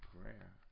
Prayer